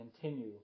continue